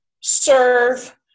serve